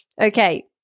Okay